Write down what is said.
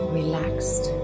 relaxed